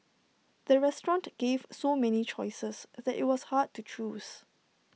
the restaurant gave so many choices that IT was hard to choose